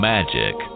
Magic